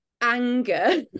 anger